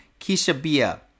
Kishabia